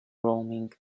roaming